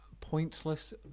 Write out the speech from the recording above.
Pointless